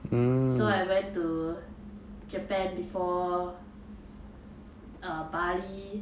so I went to japan before err bali